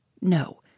No